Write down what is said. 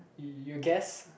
you guess